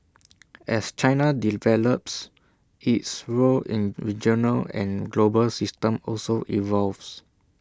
as China develops its role in regional and global system also evolves